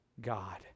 God